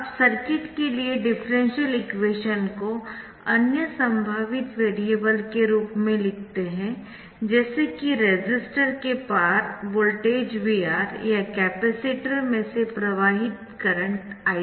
अब सर्किट के लिए डिफरेंशियल इक्वेशन को अन्य संभावित वेरिएबल के रूप में लिखते है जैसे कि रेसिस्टर के पार वोल्टेज VR या कैपेसिटर में से प्रवाहित करंट Ic